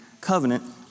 covenant